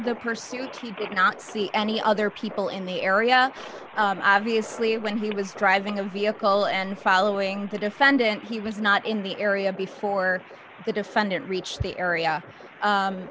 the pursuit he did not see any other people in the area obviously when he was driving a vehicle and following the defendant he was not in the area before the defendant reached the area